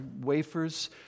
wafers